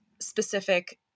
specific